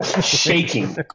shaking